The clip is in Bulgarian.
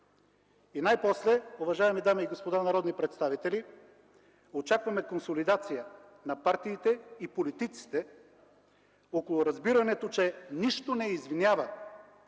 И най-после, уважаеми дами и господа народни представители, очакваме консолидация на партиите и политиците около разбирането, че нищо не извинява